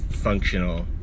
functional